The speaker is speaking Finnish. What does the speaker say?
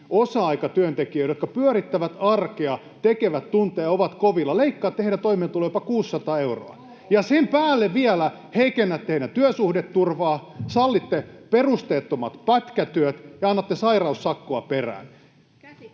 osa-aikatyöntekijöiden, jotka pyörittävät arkea, tekevät tunteja ja ovat kovilla. Leikkaatte heidän toimeentuloaan jopa 600 euroa, ja sen päälle vielä heikennätte heidän työsuhdeturvaansa, sallitte perusteettomat pätkätyöt ja annatte sairaussakkoa perään.